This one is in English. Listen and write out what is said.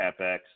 CapEx